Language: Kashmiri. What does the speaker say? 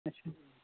اچھا